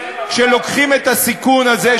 כשלוקחים את הסיכון הזה,